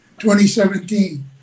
2017